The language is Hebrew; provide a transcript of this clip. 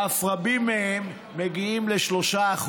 ואף רבים מהם מגיעים ל-3%.